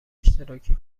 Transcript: اشتراکی